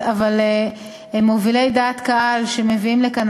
אבל מובילי דעת קהל שמביאים לכאן,